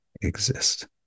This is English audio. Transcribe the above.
exist